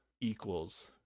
equals